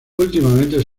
últimamente